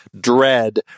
Dread